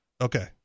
Okay